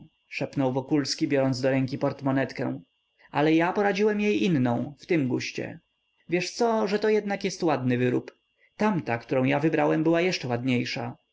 szepnął wokulski biorąc do ręki portmonetkę ale ja poradziłem jej inną w tym guście wiesz co że to jednak jest ładny wyrób tamta którą ja wybrałem była jeszcze ładniejsza